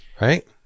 right